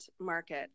market